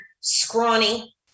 scrawny